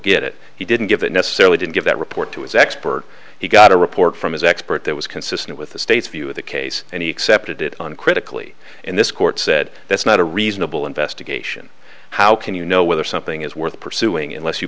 get it he didn't give it necessarily didn't give that report to his expert he got a report from his expert that was consistent with the state's view of the case and he accepted it uncritically in this court said that's not a reasonable investigation how can you know whether something is worth pursuing unless you